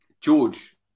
George